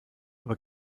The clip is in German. aber